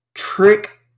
trick